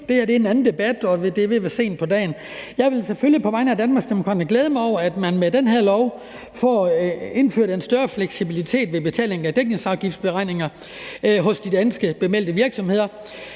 det her er en anden debat, og det er ved at være sent på dagen. Jeg vil selvfølgelig på vegne af Danmarksdemokraterne glæde mig over, at man med den her lov får indført en større fleksibilitet ved betaling af dækningsafgiften hos de bemeldte danske virksomheder.